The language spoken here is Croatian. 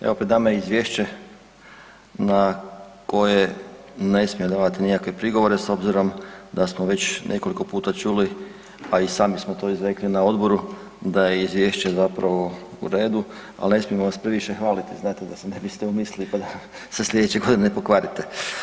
Evo, pred nama je izvješće na koje ne smijem davati nikakve prigovore s obzirom da smo već nekoliko puta čuli, a i sami smo to izrekli na odboru, da je izvješće zapravo u redu, ali ne smijemo vas previše hvaliti, znate, da se ne biste umislili pa da se sljedeće godine pokvarite.